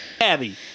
Abby